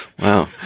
Wow